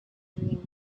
dream